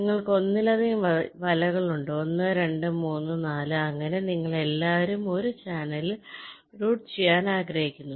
നിങ്ങൾക്ക് ഒന്നിലധികം വലകൾ ഉണ്ട് 1 2 3 4 അങ്ങനെ നിങ്ങൾ എല്ലാവരും ഒരു ചാനലിൽ റൂട്ട് ചെയ്യാൻ ആഗ്രഹിക്കുന്നു